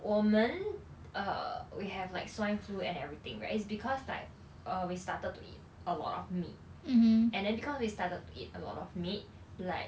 我们 err we have like swine flu and everything right it's because like uh we started to eat a lot of meat and then beause we started to eat a lot of meat like